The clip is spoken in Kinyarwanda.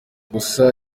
gusa